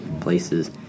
places